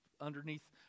underneath